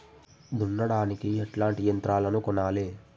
దున్నడానికి ఎట్లాంటి యంత్రాలను కొనాలే?